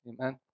Amen